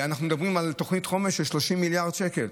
אנחנו מדברים על תוכנית חומש של 30 מיליארד שקל,